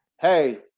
hey